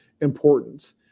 importance